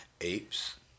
apes